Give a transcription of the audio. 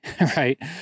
right